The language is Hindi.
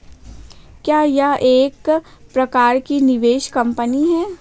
क्या यह एक प्रकार की निवेश कंपनी है?